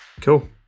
Cool